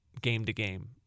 game-to-game